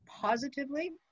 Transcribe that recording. positively